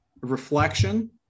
reflection